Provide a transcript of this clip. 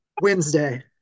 wednesday